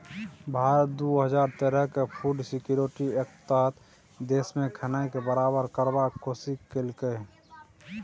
भारत दु हजार तेरहक फुड सिक्योरिटी एक्टक तहत देशमे खेनाइ केँ बराबर करबाक कोशिश केलकै